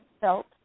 felt